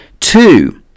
Two